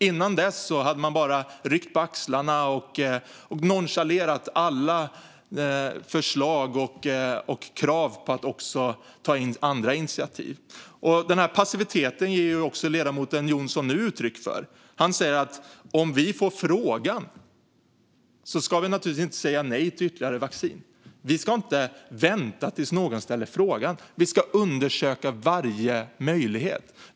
Innan dess hade man bara ryckt på axlarna och nonchalerat alla förslag och krav på att ta andra initiativ. Denna passivitet ger nu också ledamoten Jonsson uttryck för. Han säger att vi naturligtvis inte ska säga nej till ytterligare vaccin om vi får frågan. Men vi ska inte vänta tills någon ställer frågan; vi ska undersöka varje möjlighet.